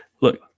look